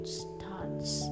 starts